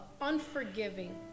unforgiving